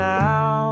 now